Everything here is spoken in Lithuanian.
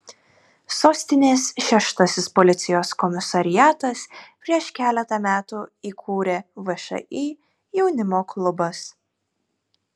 sostinės šeštasis policijos komisariatas prieš keletą metų įkūrė všį jaunimo klubas